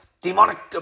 demonic